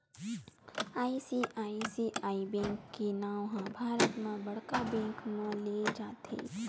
ICICI bank के नांव ह भारत म बड़का बेंक म लेय जाथे